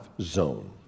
zone